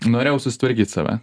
norėjau susitvarkyt save